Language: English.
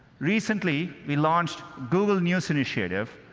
recently, we launched google news initiative,